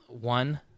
One